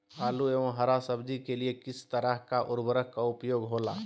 आलू एवं हरा सब्जी के लिए किस तरह का उर्वरक का उपयोग होला?